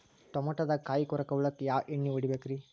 ಟಮಾಟೊದಾಗ ಕಾಯಿಕೊರಕ ಹುಳಕ್ಕ ಯಾವ ಎಣ್ಣಿ ಹೊಡಿಬೇಕ್ರೇ?